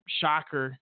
shocker